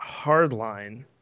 Hardline